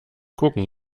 gucken